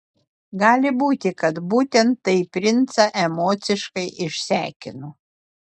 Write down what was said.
gali būti kad būtent tai princą emociškai išsekino